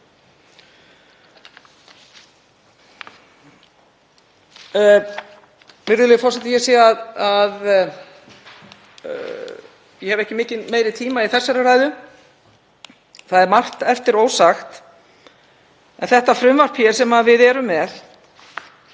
Virðulegur forseti. Ég sé að ég hef ekki mikið meiri tíma í þessari ræðu. Það er margt eftir ósagt en þetta frumvarp sem við erum með